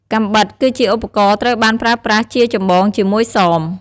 កាំបិត គឺជាឧបករណ៍ត្រូវបានប្រើប្រាស់ជាចម្បងជាមួយសម។